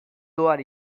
doan